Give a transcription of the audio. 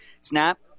Snap